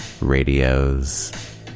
radios